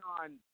on